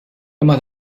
imma